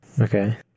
Okay